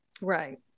Right